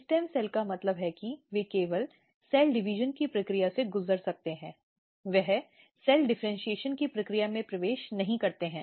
stem cell का मतलब है कि वे केवल सेल डिवीज़न की प्रक्रिया से गुजर सकते हैं वे सेल डिफ़र्इन्शीएशन की प्रक्रिया में प्रवेश नहीं करते हैं